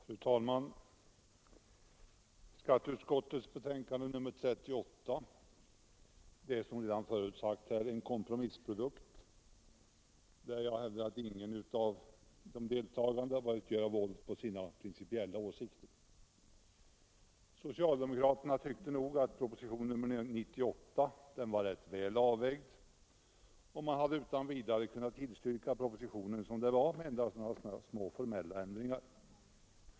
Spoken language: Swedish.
Fru talman! Skatteutskottets betänkande nr 38 är, som redan förut har påpekats här, en kompromissprodukt, där jag hävdar att ingen har behövt göra våld på sina principiella åsikter. Socialdemokraterna tyckte nog att propositionen 98 var rätt väl avvägd och man hade utan vidare kunnat tillstyrka propositionen med endast några små formella ändringar.